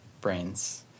brains